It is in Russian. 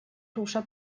груша